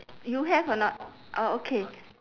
you have or not orh okay